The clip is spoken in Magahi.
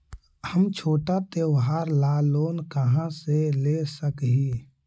हम छोटा त्योहार ला लोन कहाँ से ले सक ही?